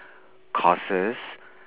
courses